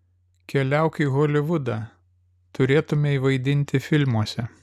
keliauk į holivudą turėtumei vaidinti filmuose